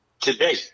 today